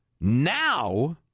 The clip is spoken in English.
now